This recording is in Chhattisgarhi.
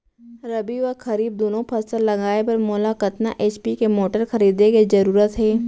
रबि व खरीफ दुनो फसल लगाए बर मोला कतना एच.पी के मोटर खरीदे के जरूरत हे?